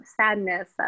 sadness